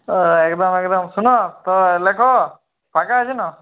ও একদম একদম শোনো তো লেখো ফাঁকা আছো না